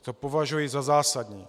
To považuji za zásadní.